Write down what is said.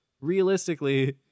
Realistically